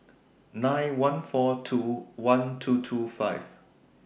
nine one four two one two two five